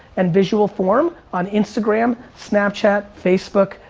and visual form on instagram, snapchat, facebook,